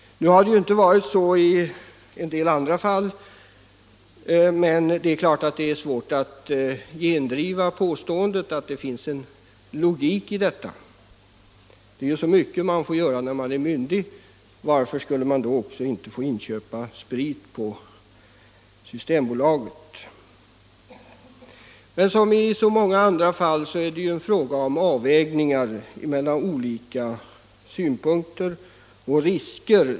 Nu har det inte varit så i en del andra fall, men det är klart att det är svårt att gendriva påståendet att det finns en logik i detta. Det är så mycket man får göra när man är myndig. Varför skulle man då inte också få inköpa sprit på systembolaget? Men som i så många debatt Allmänpolitisk debatt andra fall är det här en fråga om avvägning mellan olika synpunkter och risker.